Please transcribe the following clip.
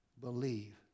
believe